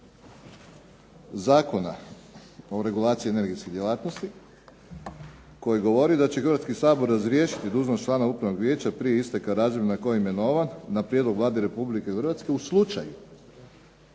Zakona o regulaciji energetskih djelatnosti, koji govori da će Hrvatski sabor razriješiti dužnosti člana upravnog vijeća, prije isteka razdoblja na koji je imenovan, na prijedlog Vlade Republike Hrvatske u slučaju